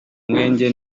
mwenge